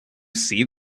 see